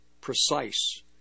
precise